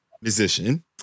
musician